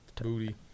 Booty